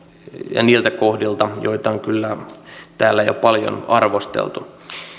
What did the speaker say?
ja niiltä kohdilta joita on kyllä täällä jo paljon arvosteltu